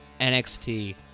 NXT